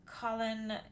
Colin